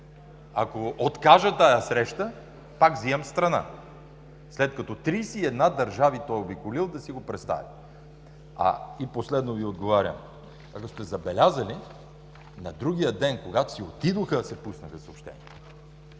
ако откажа тази среща, пак вземам страна. След като 31 държави той е обиколил, за да си го представи. И последно Ви отговарям. Ако сте забелязали, на другия ден, когато си отидоха, се пуснаха съобщенията,